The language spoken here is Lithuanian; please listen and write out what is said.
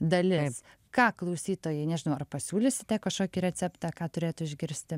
dalis ką klausytojai nežinau ar pasiūlysite kažkokį receptą ką turėtų išgirsti